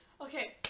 Okay